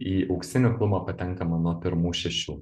į auksinį klubą patenkama nuo pirmų šešių